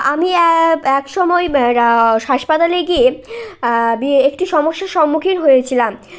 আমি এক সময় মে রা হাসপাতালে গিয়ে বিয়ে একটি সমস্যার সম্মুখীন হয়েছিলাম